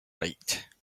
right